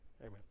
Amen